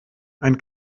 ein